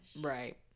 Right